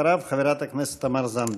אחריו, חברת הכנסת תמר זנדברג.